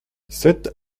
sept